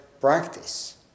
practice